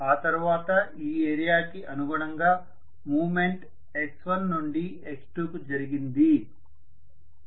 ఆ తర్వాత ఈ ఏరియాకి అనుగుణంగా మూవ్మెంట్ x1 నుంచి x2 కు జరిగింది